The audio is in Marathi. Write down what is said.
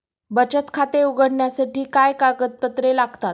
बचत खाते उघडण्यासाठी काय कागदपत्रे लागतात?